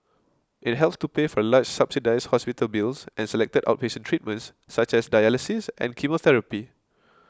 it helps to pay for large subsidised hospital bills and selected outpatient treatments such as dialysis and chemotherapy